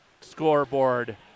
scoreboard